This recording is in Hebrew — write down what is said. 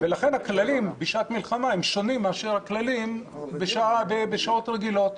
לכן הכללים בשעת מלחמה הם שונים מאשר הכללים בשעה בשעות הרגילות.